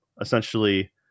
essentially